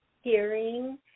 hearing